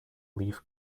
leaf